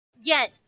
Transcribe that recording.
Yes